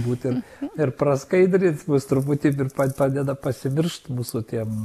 būtent ir praskaidrins mus truputį ir pa padeda pasimiršt mūsų tiem